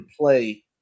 play